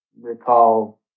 recall